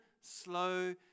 slow